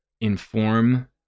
inform